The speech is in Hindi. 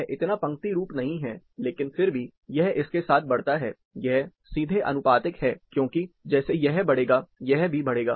यह इतना पंक्तिरूप नहीं है लेकिन फिर भी यह इसके साथ बढ़ता है यह सीधे आनुपातिक है क्योंकि जैसे यह बढ़ेगा यह भी बढ़ेगा